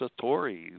satori